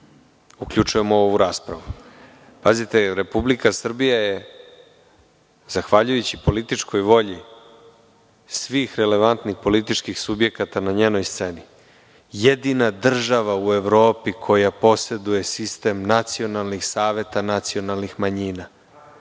uključujemo u ovu raspravu. Pazite, Republika Srbija je, zahvaljujući političkoj volji svih relevantnih političkih subjekata na njenoj sceni jedina država u Evropi koja poseduje sistem nacionalnih saveta nacionalnih manjina.